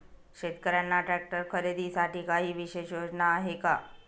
शेतकऱ्यांना ट्रॅक्टर खरीदीसाठी काही विशेष योजना आहे का?